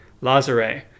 lazare